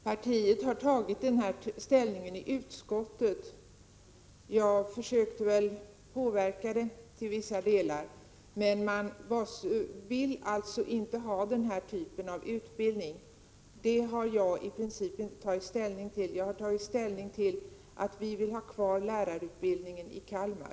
Herr talman! Partiet har tagit ställning i utskottet. Jag försökte väl påverka behandlingen till vissa delar, men partiet vill inte ha den här typen av utbildning. Min inställning är att lärarutbildningen skall vara kvar i Kalmar.